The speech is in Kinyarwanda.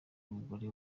umugore